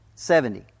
Seventy